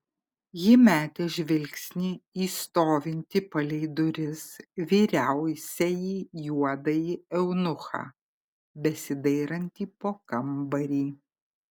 ji metė žvilgsnį į stovintį palei duris vyriausiąjį juodąjį eunuchą besidairantį po kambarį